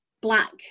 black